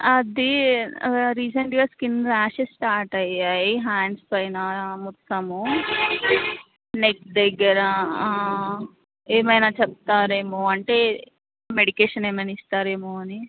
అది రీసెంట్గా skin rashes start అయ్యాయి హాండ్స్ పైన మొత్తము నెక్ దగ్గర ఏమైనా చెప్తారేమో అంటే మెడికేషన్ ఏమైనా ఇస్తారేమో అని